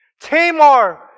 Tamar